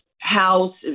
house